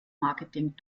marketing